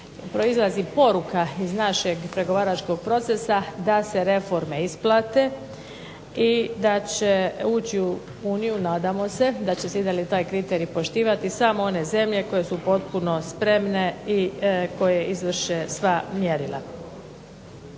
Proizlazi poruka iz našeg pregovaračkog procesa da se reforme isplate i da će ući u Uniju, nadamo se i da će se i dalje taj kriterij poštivati samo one zemlje koje su potpuno spremne i koje izvrše sva mjerila.